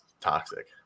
toxic